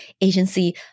Agency